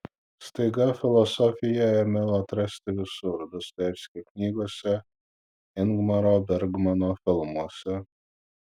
staiga filosofiją ėmiau atrasti visur dostojevskio knygose ingmaro bergmano filmuose